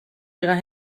ihrer